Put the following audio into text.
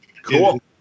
Cool